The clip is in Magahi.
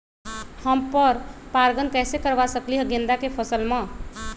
हम पर पारगन कैसे करवा सकली ह गेंदा के फसल में?